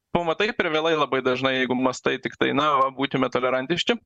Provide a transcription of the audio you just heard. pamatai per vėlai labai dažnai jeigu mąstai tiktai na va būkime tolerantiški